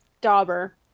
Dauber